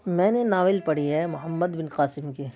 میں نے ناول پڑھی ہے محمد بن قاسم کی